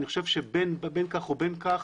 אני חושב שבין כך או בין כך,